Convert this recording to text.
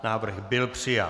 Návrh byl přijat.